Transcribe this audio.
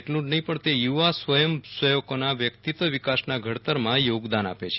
એટલું જ નહીં પણ તે યુ વા સ્વયંમ સેવકોના વ્યકિત્વ વિકાસના ઘડતરમાં યોગદાનઆપે છે